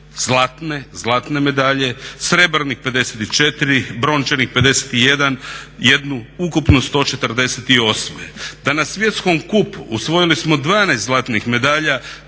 zlatne medalje, srebrnih 54, brončanih 51, ukupno 148. Da na svjetskom kupu osvojili smo 12 zlatnih medalja,